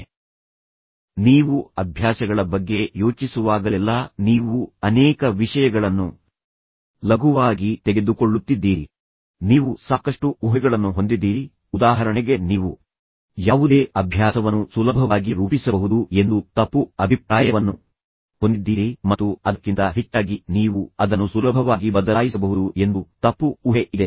ನಿಮಗೆ ಏನು ಅರ್ಥಮಾಡಿಸಲು ಬಯಸುತ್ತೇನೆ ಎಂದರೆ ನೀವು ಅಭ್ಯಾಸಗಳ ಬಗ್ಗೆ ಯೋಚಿಸುವಾಗಲೆಲ್ಲಾ ನೀವು ಅನೇಕ ವಿಷಯಗಳನ್ನು ಲಘುವಾಗಿ ತೆಗೆದುಕೊಳ್ಳುತ್ತಿದ್ದೀರಿ ನೀವು ಸಾಕಷ್ಟು ಊಹೆಗಳನ್ನು ಹೊಂದಿದ್ದೀರಿ ಉದಾಹರಣೆಗೆ ನೀವು ಯಾವುದೇ ಅಭ್ಯಾಸವನ್ನು ಸುಲಭವಾಗಿ ರೂಪಿಸಬಹುದು ಎಂದು ತಪ್ಪು ಅಭಿಪ್ರಾಯವನ್ನು ಹೊಂದಿದ್ದೀರಿ ಮತ್ತು ಅದಕ್ಕಿಂತ ಹೆಚ್ಚಾಗಿ ನೀವು ಅದನ್ನು ಸುಲಭವಾಗಿ ಬದಲಾಯಿಸಬಹುದು ಎಂದು ತಪ್ಪು ಊಹೆ ಇದೆ